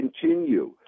continue